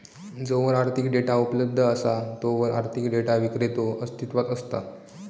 जोवर आर्थिक डेटा उपलब्ध असा तोवर आर्थिक डेटा विक्रेतो अस्तित्वात असता